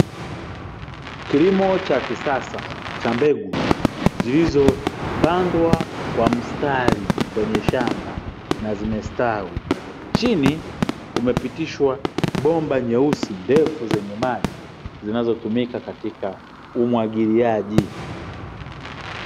Kilimo cha kisasa cha mbegu, zilizopandwa kwa mstari kwenye shamba na zimestawi, chini kumepitishwa bomba nyeusi ndefu zenye maji, zinazotumika katika umwagiliaji.